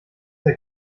der